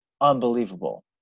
unbelievable